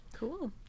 Cool